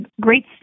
great